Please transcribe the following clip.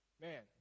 man